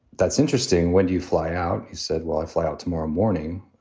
that's interesting. when do you fly out? he said, well, i fly out tomorrow morning.